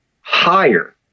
higher